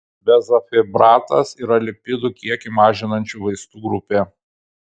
bezafibratas yra lipidų kiekį mažinančių vaistų grupė